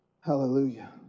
Hallelujah